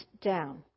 down